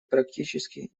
практически